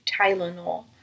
Tylenol